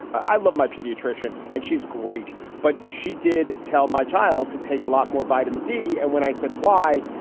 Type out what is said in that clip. i love my pediatrician and she's great. but she did tell my child to take a lot more vitamin d. and when i said why,